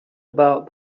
about